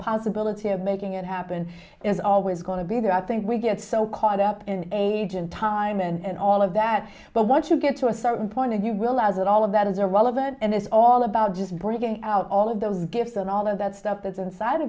possibility of making it happen is always going to be there i think we get so caught up in age and time and all of that but once you get to a certain point and you realize that all of that is irrelevant and it's all about just bringing out all of those gifts and all of that stuff that's inside